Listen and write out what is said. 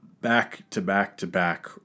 back-to-back-to-back